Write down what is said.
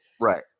right